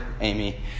Amy